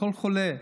כל חולה,